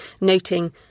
noting